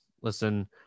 Listen